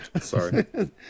Sorry